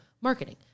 marketing